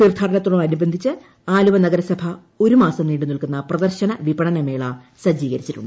തീർത്ഥാടനത്തോടനുബന്ധിച്ച് ആലുവ നഗരസഭ ഒരു മാസം നീണ്ടു നിൽക്കുന്ന പ്രദർശന വിപണനമേള സജ്ജീകരിച്ചിട്ടുണ്ട്